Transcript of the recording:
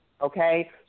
okay